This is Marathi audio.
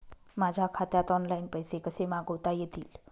माझ्या खात्यात ऑनलाइन पैसे कसे मागवता येतील?